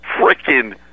freaking